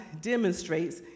demonstrates